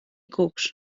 cucs